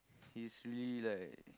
he's really like